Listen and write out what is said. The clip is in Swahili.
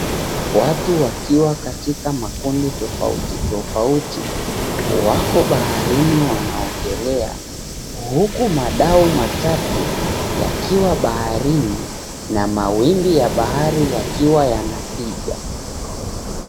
Watu wakiwa katika makundi tofauti tofauti. Wako baharini wanaogelea, huku madau matatu yakiwa baharini na mawimbi ya bahari yakiwa yanapiga.